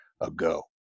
ago